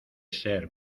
ser